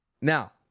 Now